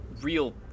real